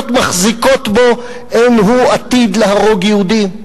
מחזיקות בו אין הוא עתיד להרוג יהודים.